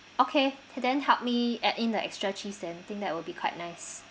okay can then help me add in the extra cheese then think that will be quite nice